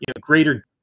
greater